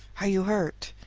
are you hurt?